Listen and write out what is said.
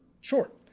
short